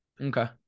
Okay